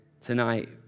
Tonight